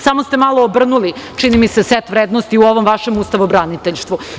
Samo ste malo obrnuli, čini mi se, set vrednosti u ovom vašem ustavobraniteljšstvu.